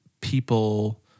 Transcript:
people